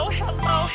hello